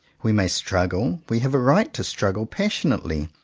we may struggle, we have a right to struggle passionately,